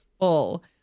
full